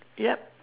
yeah